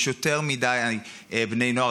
יש יותר מדי בני נוער.